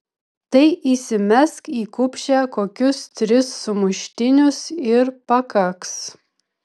tai įsimesk į kupšę kokius tris sumuštinius ir pakaks